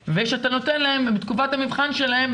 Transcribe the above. וכשאתה נותן להם בתקופת המבחן שלהם,